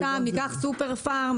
סופר פארם,